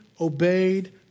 obeyed